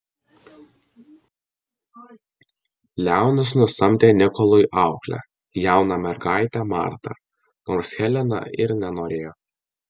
leonas nusamdė nikolui auklę jauną mergaitę martą nors helena ir nenorėjo